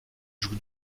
joue